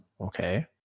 Okay